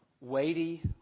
weighty